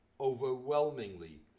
Overwhelmingly